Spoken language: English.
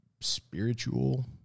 spiritual